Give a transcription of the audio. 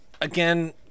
again